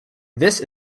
this